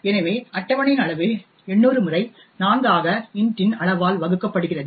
எனவே அட்டவணையின் அளவு 800 முறை 4 ஆக இன்ட் இன் அளவால் வகுக்கப்படுகிறது